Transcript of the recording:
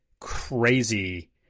crazy